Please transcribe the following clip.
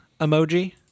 emoji